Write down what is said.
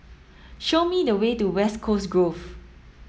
show me the way to West Coast Grove